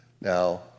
Now